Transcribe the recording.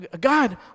God